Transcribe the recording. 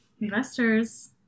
investors